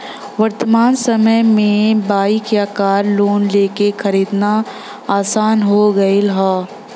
वर्तमान समय में बाइक या कार लोन लेके खरीदना आसान हो गयल हौ